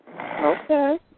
Okay